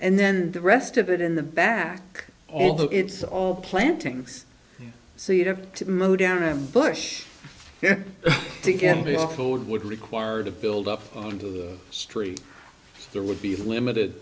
and then the rest of it in the back although it's all plantings so you'd have to mow down ambush to get your code would require to build up onto the street there would be limited